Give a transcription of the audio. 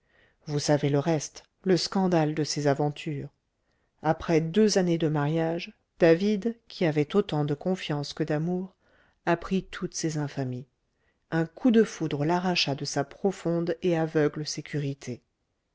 vous savez le reste le scandale de ses aventures après deux années de mariage david qui avait autant de confiance que d'amour apprit toutes ces infamies un coup de foudre l'arracha de sa profonde et aveugle sécurité